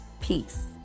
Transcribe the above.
Peace